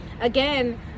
again